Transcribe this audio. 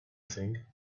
thing